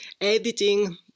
editing